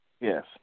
Yes